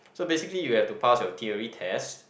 so basically you have to pass your theory test